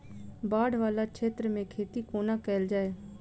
बाढ़ वला क्षेत्र मे खेती कोना कैल जाय?